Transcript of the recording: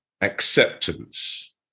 acceptance